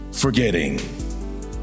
Forgetting